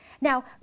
Now